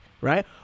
right